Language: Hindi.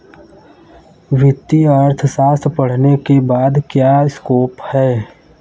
वित्तीय अर्थशास्त्र पढ़ने के बाद क्या स्कोप है?